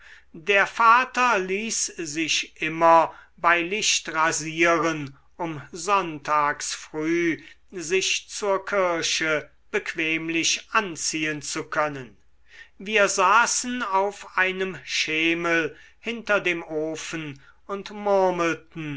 der vater ließ sich immer bei licht rasieren um sonntags früh sich zur kirche bequemlich anziehen zu können wir saßen auf einem schemel hinter dem ofen und murmelten